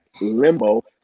limbo